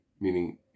meaning